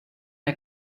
der